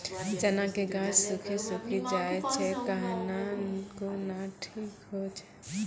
चना के गाछ सुखी सुखी जाए छै कहना को ना ठीक हो छै?